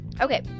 Okay